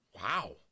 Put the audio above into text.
Wow